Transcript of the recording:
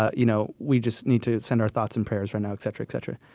ah you know, we just need to send our thoughts and prayers right now, et cetera, et cetera.